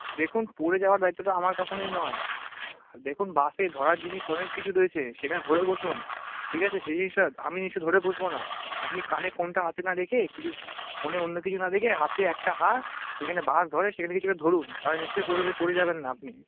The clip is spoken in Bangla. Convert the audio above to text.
দেখুন পড়ে যাওয়ার দায়িত্বটা আমার কখনই নয় দেখুন বাসে ধরার জিনিস অনেক কিছু রয়েছে সেখানে ধরে বসুন ঠিক আছে সেই জিনিসটা আমি নিশ্চই ধরে বসবো না আপনি কানে ফোনটা হাতে না রেখে কিছু ফোনে অন্য কিছু না দেখে হাতে একটা হাত যেখানে বাস ধরে সেখানে কিছু একটা ধরুন তাহলে নিশ্চই পড়ে পড়ে যাবেন না আপনি